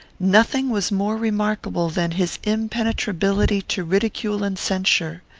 nothing was more remarkable than his impenetrability to ridicule and censure.